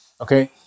okay